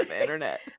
internet